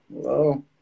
Hello